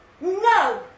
No